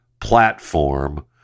platform